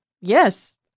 Yes